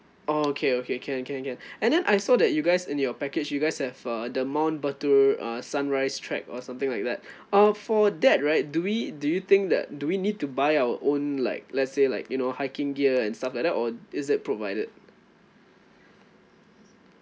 okay okay can can can and then I saw that you guys in your package you guys have uh the mount batur uh sunrise trek or something like that uh for that right do we do you think that do we need to buy our own like let's say like you know hiking gear and stuff like that or is that provided